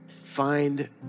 Find